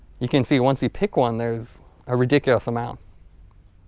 you can see once you pick one there's a ridiculous amount.